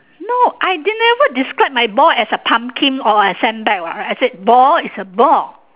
no I did never describe my ball as a pumpkin or a sandbag what I said ball is a ball